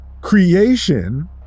Creation